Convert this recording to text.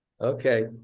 Okay